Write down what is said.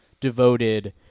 devoted